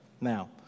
Now